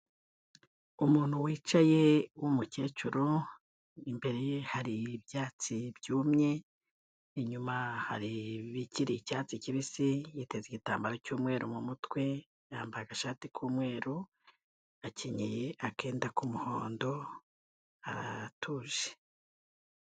Umuntu wicaye w'umukecuru imbere ye hari ibyatsi byumye, inyuma hari ikindi icyatsi kibisi, yiteze igitambaro cy'umweru mu mutwe, yambaye agashati k'umweru, akenyeye akenda k'umuhondo aratuje.